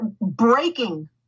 breaking